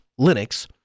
Linux